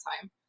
time